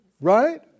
Right